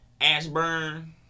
Ashburn